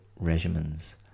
regimens